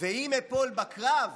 ואם אפול בקרב,